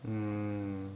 mmhmm